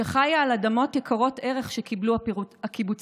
שחיה על אדמות יקרות ערך שקיבלו הקיבוצים.